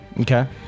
Okay